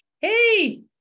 Hey